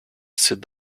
said